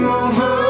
over